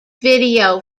video